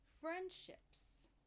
Friendships